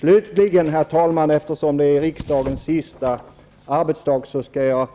Slutligen, herr talman, eftersom det är riksdagens sista arbetsdag skall jag